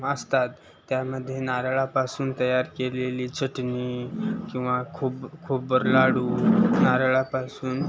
असतात त्यामध्ये नारळापासून तयार केलेली चटणी किंवा खोब खोबरं लाडू नारळापासून